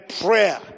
prayer